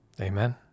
Amen